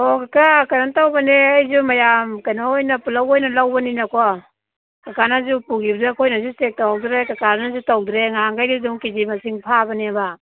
ꯑꯣ ꯀꯀꯥ ꯀꯩꯅꯣ ꯇꯧꯕꯅꯦ ꯑꯩꯁꯦ ꯃꯌꯥꯝ ꯀꯩꯅꯣ ꯑꯣꯏꯅ ꯄꯨꯂꯞ ꯑꯣꯏꯅ ꯂꯧꯕꯅꯤꯅꯀꯣ ꯀꯀꯥꯅꯁꯨ ꯄꯨꯒꯤꯕꯗꯨꯗ ꯑꯩꯈꯣꯏꯅꯁꯨ ꯆꯦꯛ ꯇꯧꯍꯧꯗ꯭ꯔꯦ ꯀꯀꯥꯅꯁꯨ ꯇꯧꯗ꯭ꯔꯦ ꯅꯍꯥꯟꯒꯩꯗꯤ ꯑꯗꯨꯝ ꯀꯦ ꯖꯤ ꯃꯁꯤꯡ ꯑꯗꯨꯝ ꯐꯥꯕꯅꯦꯕ